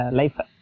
life